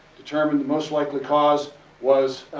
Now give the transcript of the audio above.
determined the most likely cause was,